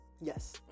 Yes